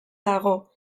dago